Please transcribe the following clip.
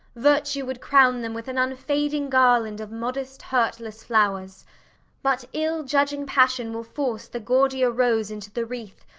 virtue would crown them with an unfading garland of modest hurtless flowers but ill-judging passion will force the gaudier rose into the wreath,